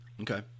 Okay